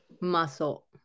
muscle